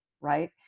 right